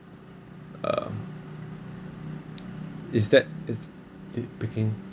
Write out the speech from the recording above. um is that is pic~ picking